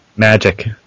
Magic